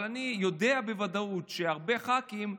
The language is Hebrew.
אבל אני יודע בוודאות שהרבה ח"כים,